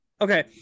Okay